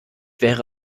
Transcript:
wäre